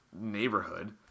neighborhood